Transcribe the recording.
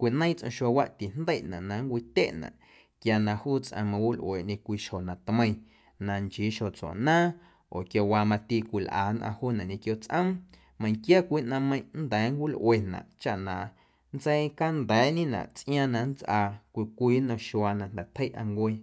cwineiiⁿ tsꞌom xuaawaꞌ tijndeinaꞌ na nncwatyeꞌnaꞌ quia na juu tsꞌaⁿ mawilꞌueeꞌñe cwii xjo na tmeiⁿ na nchii xjo tsuaꞌnaaⁿ oo quiawaa mati cwilꞌa nnꞌaⁿ juunaꞌ ñequio tsꞌoom meiⁿnquia cwii ꞌnaⁿmeiⁿꞌ nnda̱a̱ nncwilꞌuenaꞌ chaꞌ na nntseicanda̱a̱ꞌñenaꞌ tsꞌiaaⁿ na nntsꞌaa cwii cwii nnom xuaa na jnda̱ tjeiꞌa ncuee.